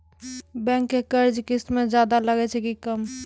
Bank के कर्जा किस्त मे ज्यादा लागै छै कि कम?